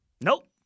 Nope